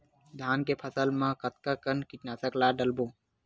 धान के फसल मा कतका कन कीटनाशक ला डलबो?